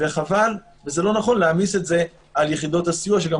ולא נכון להעמיס את זה על יחידות הסיוע שגם